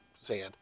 sand